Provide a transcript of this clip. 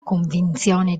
convinzione